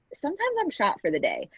sometimes i'm shot for the day.